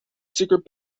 secret